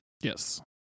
yes